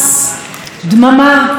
עולם כמנהגו נוהג.